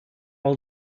all